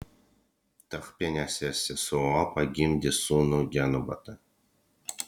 tachpenesės sesuo pagimdė sūnų genubatą